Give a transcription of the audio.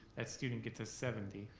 that student gets a seventy,